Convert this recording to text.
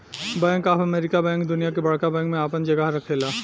bank of America bank दुनिया के बड़का बैंक में आपन जगह रखेला